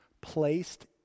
placed